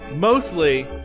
mostly